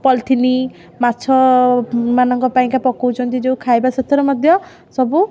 ପଲଥିନି ମାଛମାନଙ୍କ ପାଇଁ କା ପକାଉଛନ୍ତି ଯେଉଁ ଖାଇବା ସେଥିରେ ମଧ୍ୟ ସବୁ